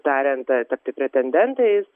tariant tapti pretendentais